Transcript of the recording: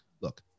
Look